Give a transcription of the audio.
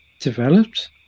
developed